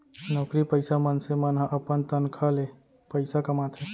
नउकरी पइसा मनसे मन ह अपन तनखा ले पइसा कमाथे